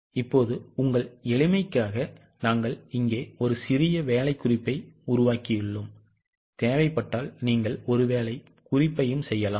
இப்போது உங்கள் எளிமைக்காக நாங்கள் இங்கே ஒரு சிறிய வேலை குறிப்பை உருவாக்கியுள்ளோம் தேவைப்பட்டால் நீங்கள் ஒரு வேலை குறிப்பையும் செய்யலாம்